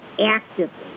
actively